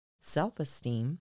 self-esteem